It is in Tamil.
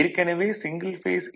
எற்கனவே சிங்கிள் பேஸ் ஏ